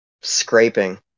scraping